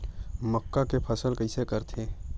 मक्का के फसल कइसे करथे?